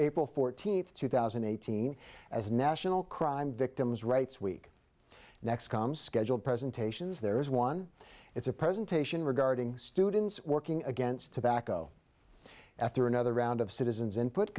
april fourteenth two thousand and eighteen as national crime victims rights week next come scheduled presentations there is one it's a presentation regarding students working against tobacco after another round of citizens input